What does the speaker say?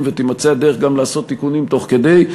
ותימצא הדרך גם לעשות תיקונים תוך כדי,